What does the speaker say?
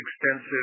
extensive